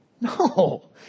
No